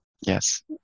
Yes